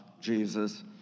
Jesus